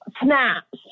snaps